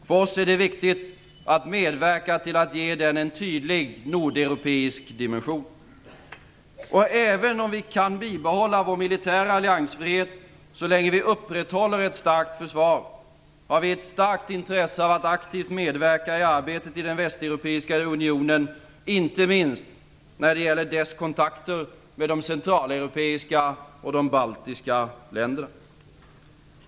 För oss är det viktigt att medverka till att ge den en tydlig nordeuropeisk dimension. Även om vi kan bibehålla vår militära alliansfrihet så länge vi upprätthåller ett starkt försvar, har vi ett starkt intresse av att aktivt medverka i arbetet i den västeuropeiska unionen inte minst när det gäller dess kontakter med de centraleuropeiska och baltiska länderna.